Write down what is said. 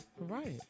Right